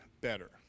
better